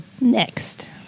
next